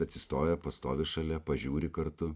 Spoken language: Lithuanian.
atsistoja pastovi šalia pažiūri kartu